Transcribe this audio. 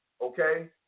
okay